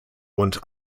und